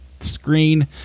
screen